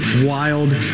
Wild